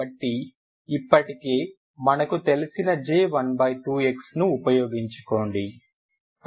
కాబట్టి ఇప్పటికే మనకు తెలిసిన J12xను ఉపయోగించుకోండి